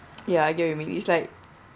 ya I get what you mean it's like